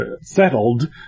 settled